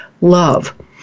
love